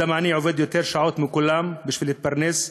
אדם עני עובד יותר שעות מכולם בשביל להתפרנס,